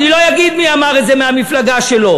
אני לא אגיד מי אמר את זה מהמפלגה שלו.